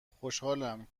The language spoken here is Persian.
خوشحالم